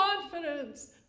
confidence